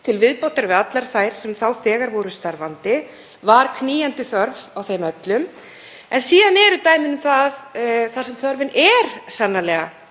til viðbótar við allar þær sem þegar voru starfandi. Var knýjandi þörf á þeim öllum? Síðan eru dæmi um það þar sem þörfin er sannarlega